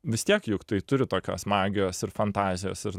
vis tiek juk tai turi tokios magijos ir fantazijos ir